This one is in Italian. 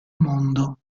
mondo